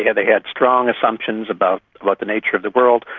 yeah they had strong assumptions about about the nature of the world.